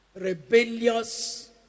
rebellious